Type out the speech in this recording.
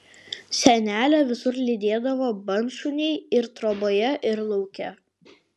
senelę visur lydėdavo bandšuniai ir troboje ir lauke